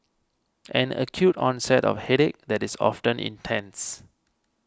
an acute onset of headache that is often intense